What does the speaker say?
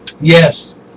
Yes